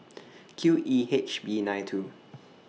Q E H B nine two